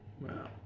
Wow